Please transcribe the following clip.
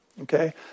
Okay